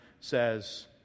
says